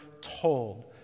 told